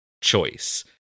choice